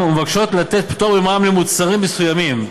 ומבקשות לתת פטור ממע"מ למוצרים מסוימים,